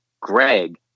Greg